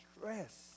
stress